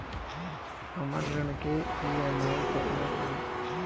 हमर ऋण के ई.एम.आई केतना पड़ी?